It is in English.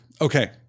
Okay